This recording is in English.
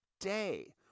day